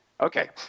Okay